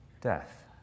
death